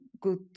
good